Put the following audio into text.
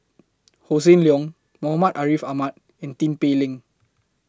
Hossan Leong Muhammad Ariff Ahmad and Tin Pei Ling